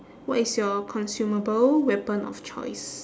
what is your consumable weapon of choice